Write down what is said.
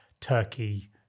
turkey